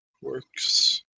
works